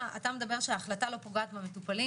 אתה אומר שההחלטה לא פוגעת במטופלים.